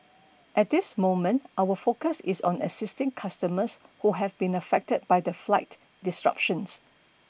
at this moment our focus is on assisting customers who have been affected by the flight disruptions